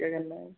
क्या करना है